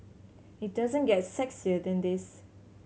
it doesn't get sexier than this